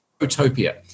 utopia